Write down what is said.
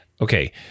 Okay